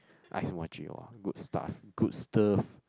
ice muachee !wah! good stuff good stuff